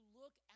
look